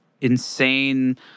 insane